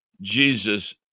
Jesus